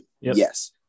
yes